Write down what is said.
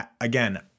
again